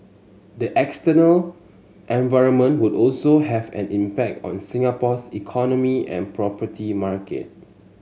the external environment would also have an impact on Singapore's economy and property market